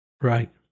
Right